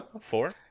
Four